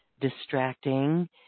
distracting